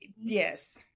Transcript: yes